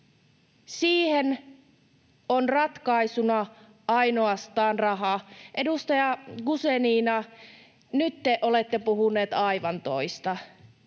siihen on ratkaisuna ainoastaan raha.” Edustaja Guzenina, nyt te olette puhunut aivan toista.